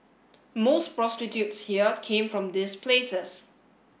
most prostitutes here came from these places